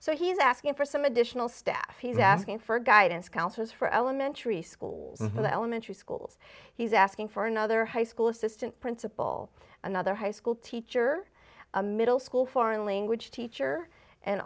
so he is asking for some additional staff he's asking for guidance counselors for elementary schools and elementary schools he's asking for another high school assistant principal another high school teacher a middle school foreign language teacher and